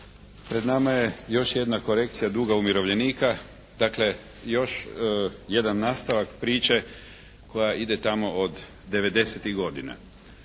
Pred nama je još jedna korekcija duga umirovljenika, dakle još jedan nastavak priče koja ide tamo od 90-tih godina